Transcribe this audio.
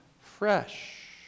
fresh